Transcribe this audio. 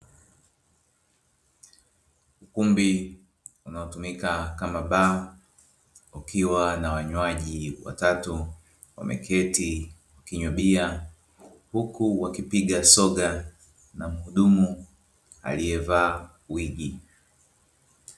Ukumbi unaotumika kama baa ukiwa na wanywaji watatu wameketi wakinywa bia huku wakipiga soga na muhudumu aliyevaa wigi.